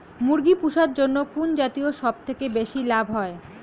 মুরগি পুষার জন্য কুন জাতীয় সবথেকে বেশি লাভ হয়?